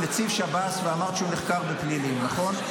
נציב שב"ס, ואמרת שהוא נחקר בפלילים, נכון?